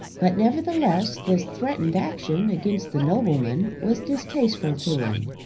but, nevertheless, this threatened action against the nobleman was distasteful to him.